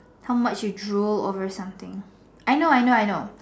how much you drool over something I know I know